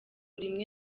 rimwe